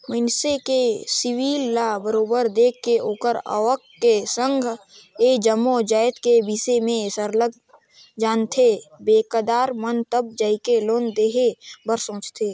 मइनसे के सिविल ल बरोबर देख के ओखर आवक के संघ ए जम्मो जाएत के बिसे में सरलग जानथें बेंकदार मन तब जाएके लोन देहे बर सोंचथे